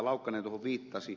laukkanen viittasi